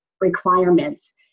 requirements